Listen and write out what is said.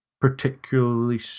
particularly